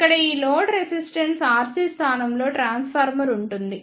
ఇక్కడ load resistance RC స్థానంలో transformer ఉంటుంది